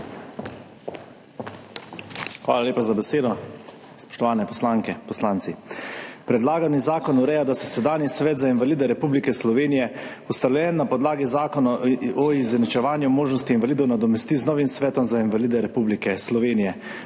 Hvala lepa za besedo. Spoštovane poslanke, poslanci! Predlagani zakon ureja, da se sedanji Svet za invalide Republike Slovenije, ustanovljen na podlagi Zakona o izenačevanju možnosti invalidov, nadomesti z novim svetom za invalide Republike Slovenije,